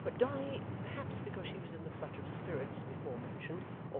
but dolly, perhaps because she was in the flutter of spirits before mentioned,